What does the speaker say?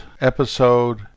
episode